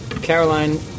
Caroline